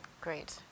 Great